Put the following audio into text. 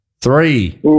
Three